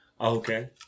Okay